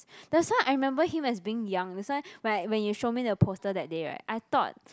that's why I remember him as being young that's why when when you show me the poster that day right I thought